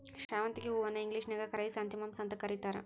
ಶಾವಂತಿಗಿ ಹೂವನ್ನ ಇಂಗ್ಲೇಷನ್ಯಾಗ ಕ್ರೈಸಾಂಥೆಮಮ್ಸ್ ಅಂತ ಕರೇತಾರ